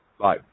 bye